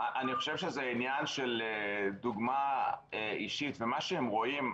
אני חושב שזה עניין של דוגמה אישית ומה שהם רואים.